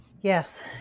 Yes